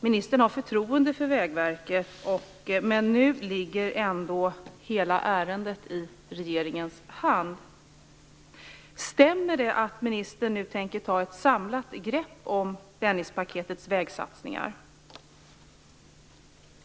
Ministern har förtroende för Vägverket, men nu ligger ändå hela ärendet i regeringens hand. Stämmer det att ministern nu tänker ta ett samlat grepp om Dennispaketets vägsatsningar?